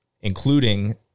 including